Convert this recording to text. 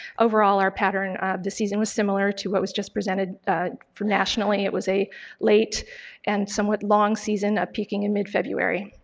overall, our pattern of the season was similar to what was just presented for nationally. it was a late and somewhat long season, peaking in mid-february.